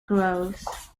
grows